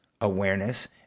awareness